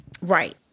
Right